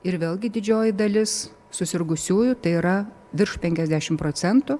ir vėlgi didžioji dalis susirgusiųjų tai yra virš penkiasdešimt procentų